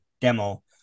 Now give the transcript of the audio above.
demo